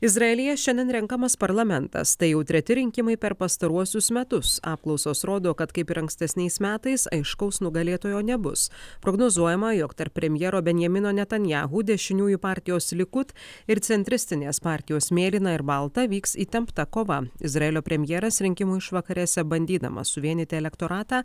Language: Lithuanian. izraelyje šiandien renkamas parlamentas tai jau treti rinkimai per pastaruosius metus apklausos rodo kad kaip ir ankstesniais metais aiškaus nugalėtojo nebus prognozuojama jog tarp premjero benjamino netanyahu dešiniųjų partijos likud ir centristinės partijos mėlyna ir balta vyks įtempta kova izraelio premjeras rinkimų išvakarėse bandydamas suvienyti elektoratą